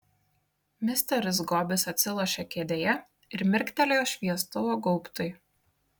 misteris gobis atsilošė kėdėje ir mirktelėjo šviestuvo gaubtui